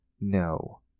No